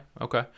Okay